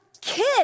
kid